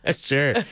Sure